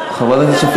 חברת הכנסת שפיר,